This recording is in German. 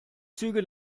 züge